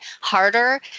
harder